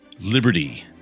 liberty